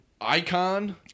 Icon